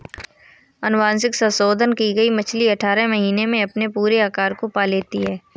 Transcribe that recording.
अनुवांशिक संशोधन की गई मछली अठारह महीने में अपने पूरे आकार को पा लेती है